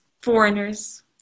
foreigners